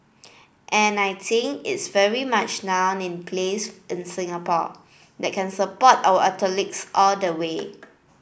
and I think it's very much now in place in Singapore that can support our athletes all the way